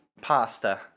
pasta